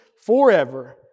forever